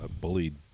bullied